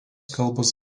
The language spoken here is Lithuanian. kalbos